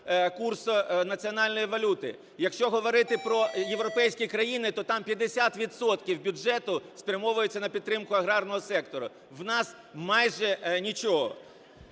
курсу національної валюти. Якщо говорити про європейські країни, то там 50 відсотків бюджету спрямовуються на підтримку аграрного сектору. У нас – майже нічого.